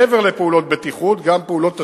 מעבר לפעולות בטיחות, גם פעולות תשתית,